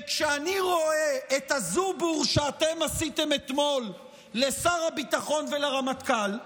וכשאני רואה את הזובור שאתם עשיתם אתמול לשר הביטחון ולרמטכ"ל,